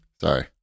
Sorry